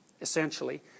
essentially